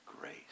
grace